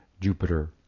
Jupiter